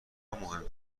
مهم